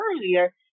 earlier